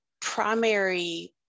primary